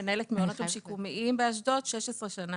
מנהלת מעונות יום שיקומיים באשדוד 16 שנה,